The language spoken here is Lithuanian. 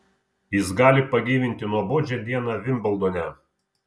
jis gali pagyvinti nuobodžią dieną vimbldone